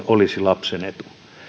olisi lapsen etu